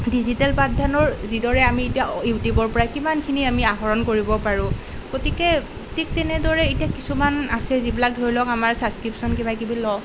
digital পাঠদানৰ যিদৰে আমি এতিয়া ইউটিউবৰ পৰাই কিমানখিনি আমি আহৰণ কৰিব পাৰোঁ গতিকে ঠিক তেনেদৰে এতিয়া কিছুমান আছে যিবিলাক ধৰি লওক আমাৰ ছাবস্ক্ৰিপশ্য়ন কিবা কিবি লওঁ